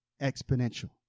exponential